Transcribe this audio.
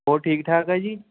ਹੋਰ ਠੀਕ ਠਾਕ ਹੈ ਜੀ